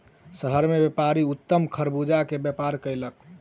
शहर मे व्यापारी उत्तम खरबूजा के व्यापार कयलक